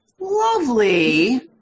Lovely